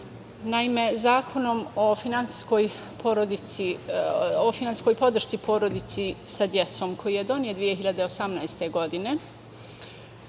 Zakonom o finansijskoj podršci porodici sa decom, koji je donet 2018. godine,